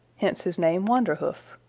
hence his name wanderhoof.